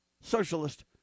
socialist